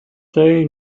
they